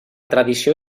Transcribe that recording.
tradició